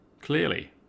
clearly